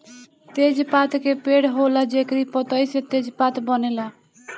तेजपात के पेड़ होला जेकरी पतइ से तेजपात बनेला